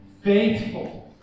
faithful